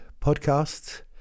podcasts